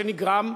שנגרם,